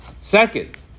Second